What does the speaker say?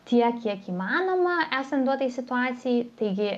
tiek kiek įmanoma esant duotai situacijai taigi